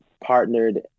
partnered